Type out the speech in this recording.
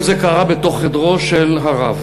כל זה קרה בתוך חדרו של הרב.